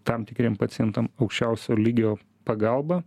tam tikriem pacientam aukščiausio lygio pagalbą